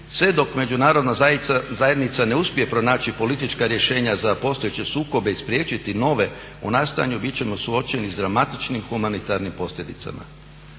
Sve dok međunarodna zajednica ne uspije pronaći politička rješenja za postojeće sukobe i spriječiti nove u nastajanju bit ćemo suočeni s dramatičnim humanitarnim posljedicama.